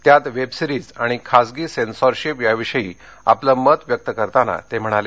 त्यात वेबसिरीज आणि खासगी सेन्सॉरशिप याविषयी आपलं मत व्यक्त करताना ते म्हणाले